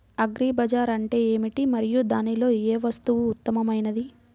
Agri బజార్ అంటే ఏమిటి మరియు దానిలో ఏ వస్తువు ఉత్తమమైనది?